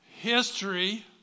history